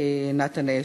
נתן אשל.